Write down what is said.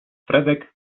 fredek